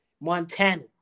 Montana